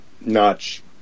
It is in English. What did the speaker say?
notch